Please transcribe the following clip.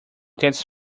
gets